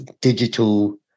digital